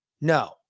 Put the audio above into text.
no